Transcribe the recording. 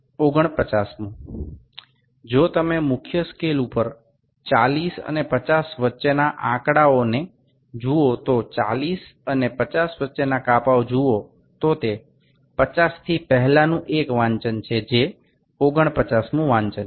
49મુ જો તમે મુખ્ય સ્કેલ ઉપર 40 અને 50 વચ્ચેના આંકડાઓનેને જુઓ તો 40 અને 50 વચ્ચેના કાપાઓ જુઓ તો તે 50થી પહેલાનું એક વાંચન છે જે 49મું વાંચન છે